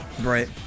Right